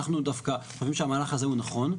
אנחנו דווקא חושבים שהמהלך הזה הוא נכון.